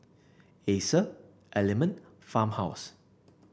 Acer Element Farmhouse